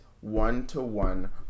one-to-one